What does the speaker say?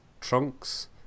Trunks